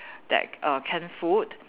that err canned food